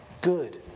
good